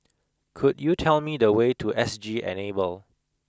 could you tell me the way to S G Enable